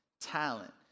talent